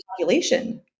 population